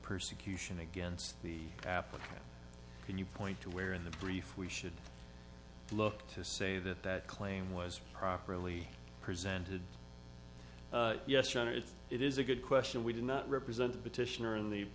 persecution against the afa can you point to where in the brief we should look to say that that claim was properly presented yes sure it's it is a good question we did not represent the petitioner in the